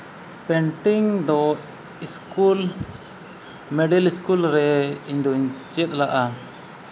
painting ᱫᱚ school middle school ᱨᱮ ᱤᱧᱫᱩᱧ ᱪᱮᱫ ᱞᱟᱜᱼᱟ